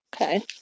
Okay